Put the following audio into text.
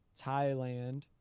Thailand